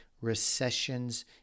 recessions